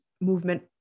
movement